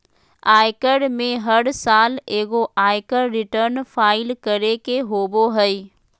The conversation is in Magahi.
आयकर में हर साल एगो आयकर रिटर्न फाइल करे के होबो हइ